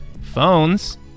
Phones